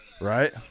Right